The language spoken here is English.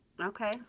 Okay